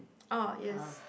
oh yes